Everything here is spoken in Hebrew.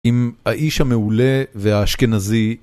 אם האיש המעולה והאשכנזי